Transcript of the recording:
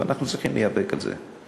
אבל אנחנו צריכים להיאבק על זה,